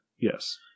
Yes